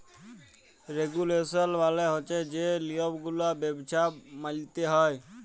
regulation মালে হছে যে লিয়মগুলা ব্যবছায় মাইলতে হ্যয়